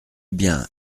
bien